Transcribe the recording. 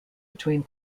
between